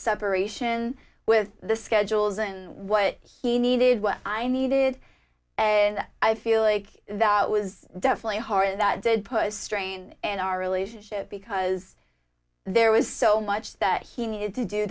separation with the schedules and what he needed what i needed and i feel like that was definitely hard and that did push strain and our relationship because there was so much that he needed to do